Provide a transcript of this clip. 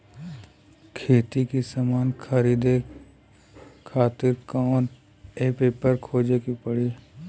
खेती के समान खरीदे खातिर कवना ऐपपर खोजे के पड़ी?